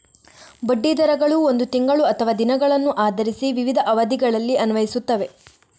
ಬಡ್ಡಿ ದರಗಳು ಒಂದು ತಿಂಗಳು ಅಥವಾ ದಿನಗಳನ್ನು ಆಧರಿಸಿ ವಿವಿಧ ಅವಧಿಗಳಲ್ಲಿ ಅನ್ವಯಿಸುತ್ತವೆ